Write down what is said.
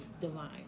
divine